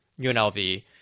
UNLV